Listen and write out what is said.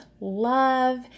love